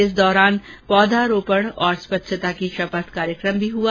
इस दौरान पौधारोपण और स्वच्छता की शपथ कार्यक्रम भी हुआ